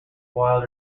wild